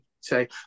say